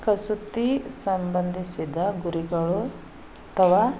ಕಸೂತಿ ಸಂಬಂಧಿಸಿದ ಗುರಿಗಳು ಅಥವಾ